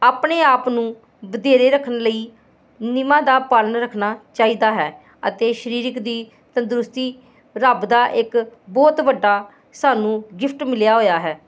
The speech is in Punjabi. ਆਪਣੇ ਆਪ ਨੂੰ ਵਧੇਰੇ ਰੱਖਣ ਲਈ ਨਿਯਮਾਂ ਦਾ ਪਾਲਣ ਰੱਖਣਾ ਚਾਹੀਦਾ ਹੈ ਅਤੇ ਸਰੀਰਕ ਦੀ ਤੰਦਰੁਸਤੀ ਰੱਬ ਦਾ ਇੱਕ ਬਹੁਤ ਵੱਡਾ ਸਾਨੂੰ ਗਿਫਟ ਮਿਲਿਆ ਹੋਇਆ ਹੈ